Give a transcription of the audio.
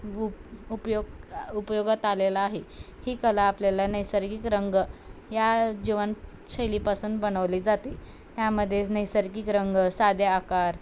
उप उपयोग उपयोगात आलेला आहे ही कला आपल्याला नैसर्गिक रंग या जीवनशैलीपासून बनवली जाते त्यामध्येेच नैसर्गिक रंग साधे आकार